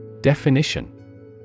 Definition